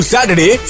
Saturday